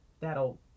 that'll